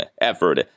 effort